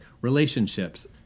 relationships